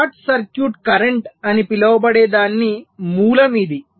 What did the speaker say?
short circuit current అని పిలవబడే దానికి మూలం ఇది